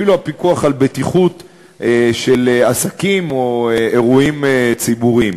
זה אפילו הפיקוח על בטיחות של עסקים או אירועים ציבוריים.